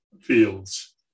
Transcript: fields